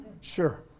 Sure